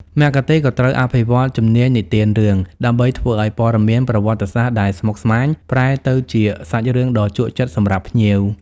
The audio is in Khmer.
មគ្គុទ្ទេសក៍ត្រូវអភិវឌ្ឍជំនាញនិទានរឿង ដើម្បីធ្វើឱ្យព័ត៌មានប្រវត្តិសាស្ត្រដែលស្មុគស្មាញប្រែទៅជាសាច់រឿងដ៏ជក់ចិត្តសម្រាប់ភ្ញៀវ។